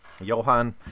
Johan